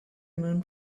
moon